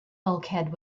bulkhead